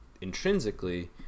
intrinsically